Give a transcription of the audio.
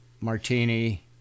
martini